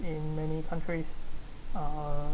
in many countries uh